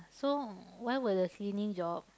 so why will the cleaning job